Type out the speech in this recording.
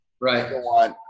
Right